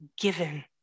given